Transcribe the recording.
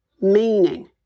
Meaning